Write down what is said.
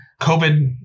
COVID